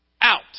out